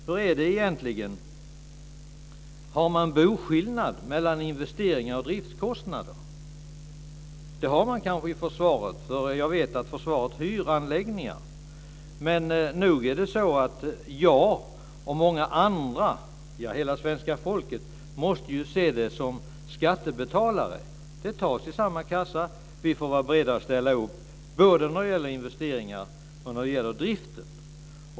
Hur är det egentligen, har man boskillnad mellan investeringar och driftskostnader? Det har man kanske i försvaret, för jag vet att försvaret hyr anläggningar. Men nog är det så att jag och många andra - ja, hela svenska folket - måste se det som skattebetalare? Det tas ur samma kassa. Vi får vara beredda på att ställa upp både när det gäller investeringar och när det gäller drift.